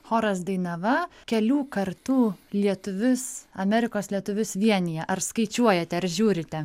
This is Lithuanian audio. choras dainava kelių kartų lietuvius amerikos lietuvius vienija ar skaičiuojate ar žiūrite